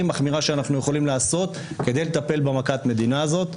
מחמירה שאנחנו יכולים לעשות כדי לטפל במכת המדינה הזאת.